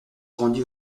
grandi